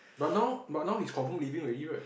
but now but now he is confirm leaving already right